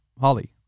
holly